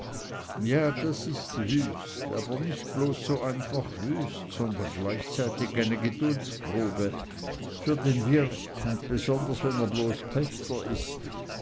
ja das ist wüst aber nicht bloß so einfach wüst sondern gleichzeitig eine geduldprobe für den wirt und besonders wenn er bloß pächter ist